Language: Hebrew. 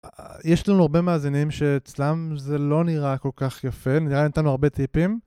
יש לנו הרבה מאזינים שאצלם זה לא נראה כל כך יפה, נראה לי נתנו הרבה טיפים